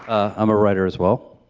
i'm a writer as well.